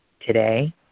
today